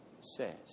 says